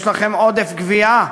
יש לכם עודף גבייה?